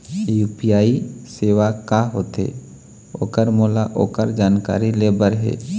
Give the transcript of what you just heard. UPI सेवा का होथे ओकर मोला ओकर जानकारी ले बर हे?